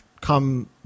come